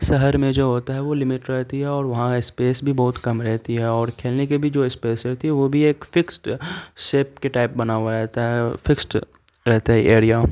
شہر میں جو ہوتا ہے وہ لمٹ رہتی ہے اور وہاں اسپیس بھی بہت کم رہتی ہے اور کھیلنے کے بھی جو اسپیس ہوتی ہے وہ بھی ایک فکسڈ شیپ کے ٹائپ بنا ہوا رہتا ہے فکسڈ رہتا ہے ایریا